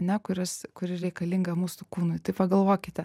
a ne kuris kuri reikalinga mūsų kūnui tai pagalvokite